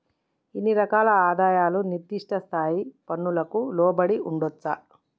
ఇన్ని రకాల ఆదాయాలు నిర్దిష్ట స్థాయి పన్నులకు లోబడి ఉండొచ్చా